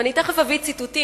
ואני תיכף אביא ציטוטים,